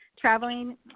traveling